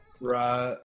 right